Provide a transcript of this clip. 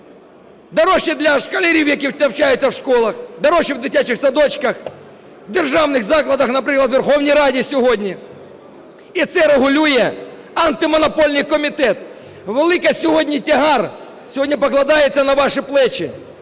Дорожче для школярів, які навчаються в школах, дорожче в дитячих садочках, в державних закладах. Наприклад, у Верховній Раді сьогодні. І це регулює Антимонопольний комітет. Великий сьогодні тягар сьогодні покладається на ваші плечі,